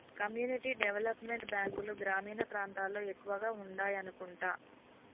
community development బ్యాంకులు గ్రామీణ ప్రాంతాల్లో ఎక్కువగా ఉండాయనుకుంటా